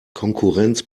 konkurrenz